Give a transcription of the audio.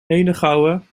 henegouwen